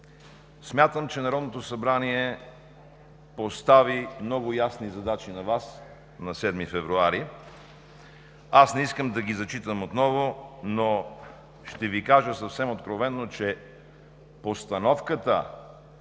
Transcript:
Смятам, че Народното събрание постави много ясни задачи на Вас на 7 февруари. Аз не искам да ги зачитам отново, но ще Ви кажа съвсем откровено, че постановката